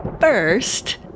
first